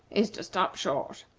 is to stop short.